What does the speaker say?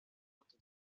botte